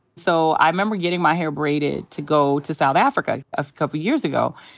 so i remember getting my hair braided to go to south africa a couple years ago.